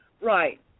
Right